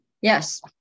yes